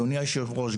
אדוני היושב-ראש,